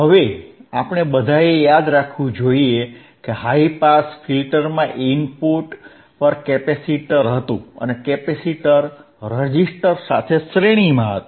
હવે આપણે બધાએ યાદ રાખવું જોઈએ કે હાઇ પાસ ફિલ્ટરમાં ઇનપુટ પર કેપેસિટર હતું અને પછી કેપેસિટર રેઝિસ્ટર સાથે શ્રેણીમાં હતું